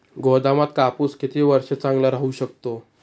गोदामात कापूस किती वर्ष चांगला राहू शकतो?